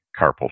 carpal